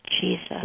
Jesus